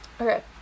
Okay